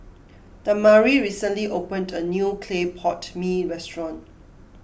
Damari recently opened a new Clay Pot Mee restaurant